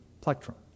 plectrum